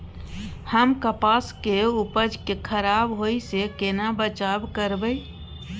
हम कपास के उपज के खराब होय से केना बचाव करबै?